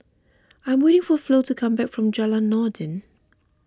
I am waiting for Flo to come back from Jalan Noordin